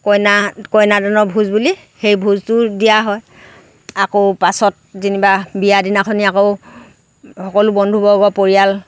কইনা কইনা দানৰ ভোজ বুলি সেই ভোজটো দিয়া হয় আকৌ পাছত যেনিবা বিয়া দিনাখনি আকৌ সকলো বন্ধুবৰ্গ পৰিয়াল